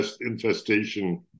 infestation